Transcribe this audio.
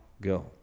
go